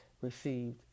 received